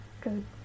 good